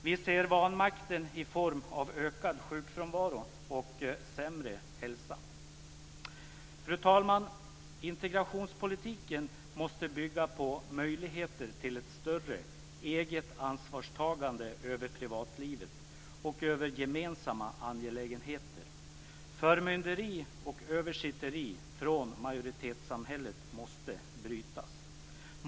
Vi ser vanmakten i form av ökad sjukfrånvaro och sämre hälsa. Fru talman! Integrationspolitiken måste bygga på möjligheter till ett större eget ansvarstagande över privatlivet och över gemensamma angelägenheter. Förmynderi och översitteri från majoritetssamhället måste brytas.